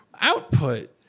output